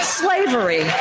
slavery